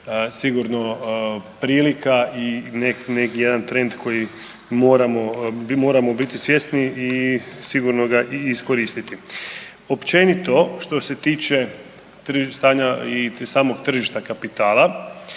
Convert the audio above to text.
sigurno prilika i neki jedan trend koji moramo, moramo biti svjesni i sigurno ga i iskoristiti. Općenito što se tiče stanja i samog tržišta kapitala,